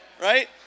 Right